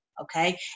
Okay